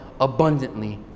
abundantly